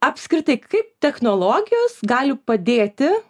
apskritai kaip technologijos gali padėti